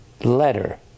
letter